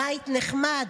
הבית נחמד,